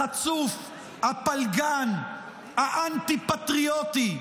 החצוף, הפלגן, האנטי-פטריוטי,